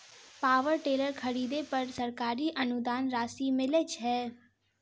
Power tiller खरीदे पर सरकारी अनुदान राशि मिलय छैय?